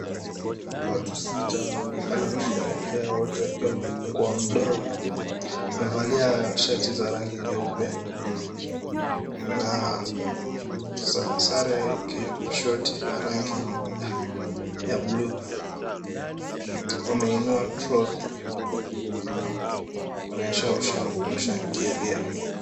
Watu sita wanaonekana kusherehekea, wote wakiwa wamefungua mdomo. Wamevalia shati za rangi nyeupe na sare ya short ya rangi ya buluu. Wameinua trophy kuonyesha kushangilia.